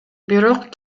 бирок